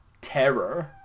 terror